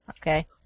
okay